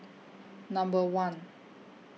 Number one